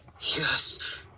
Yes